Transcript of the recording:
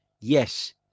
yes